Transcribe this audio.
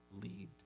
lead